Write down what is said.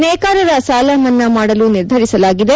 ನೇಕಾರರ ಸಾಲ ಮನ್ನಾ ಮಾಡಲು ನಿರ್ಧರಿಸಲಾಗಿದೆ